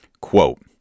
Quote